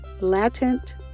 Latent